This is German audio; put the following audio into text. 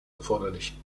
erforderlich